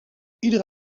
iedere